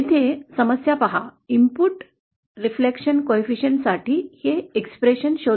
येथे समस्या पहा इनपुट प्रतिबिंब सहकार्यक्षमते साठी ही अभिव्यक्ती शोधणे